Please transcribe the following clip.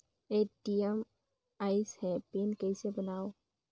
ATM आइस ह pin कइसे बनाओ?